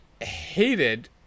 hated